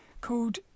called